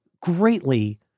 greatly